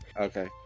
Okay